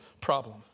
problem